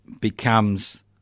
becomes